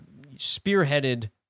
spearheaded